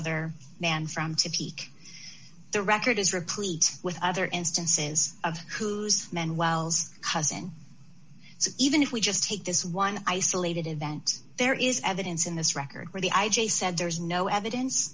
other man from to peak the record is replete with other instances of whose men wells cousin so even if we just take this one isolated event there is evidence in this record where the i j a said there is no evidence